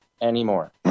anymore